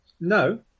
No